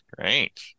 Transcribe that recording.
great